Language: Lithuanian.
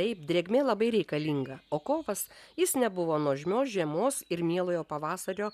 taip drėgmė labai reikalinga o kovas jis nebuvo nuožmios žiemos ir mielojo pavasario